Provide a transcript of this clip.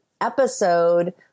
Episode